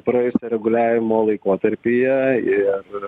praėjusio reguliavimo laikotarpyje ir